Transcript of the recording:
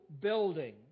building